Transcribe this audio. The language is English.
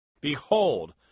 Behold